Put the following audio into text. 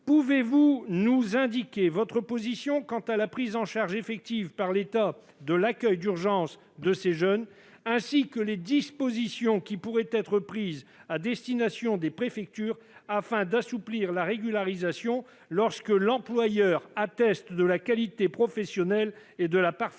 pouvez-vous nous indiquer votre position quant à la prise en charge effective par l'État de l'accueil d'urgence de ces jeunes, ainsi que sur les mesures qui pourraient être retenues, à destination des préfectures, afin d'assouplir la régularisation lorsque l'employeur atteste de la qualité professionnelle et de la parfaite